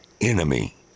enemy